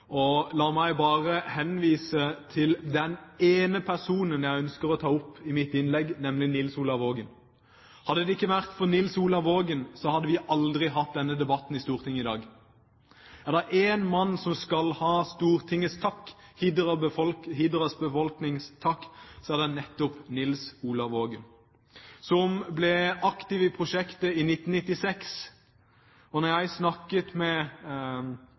La meg bare henvise til den ene personen jeg ønsker å ta opp i mitt innlegg, nemlig Nils Olav Vågen. Hadde det ikke vært for Nils Olav Vågen, hadde vi aldri hatt denne debatten i Stortinget i dag. Er det én mann som skal ha Stortingets takk, Hidras befolknings takk, er det nettopp Nils Olav Vågen, som ble aktiv i prosjektet i 1996. Da jeg snakket med